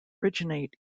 originate